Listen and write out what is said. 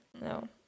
No